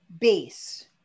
base